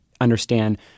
understand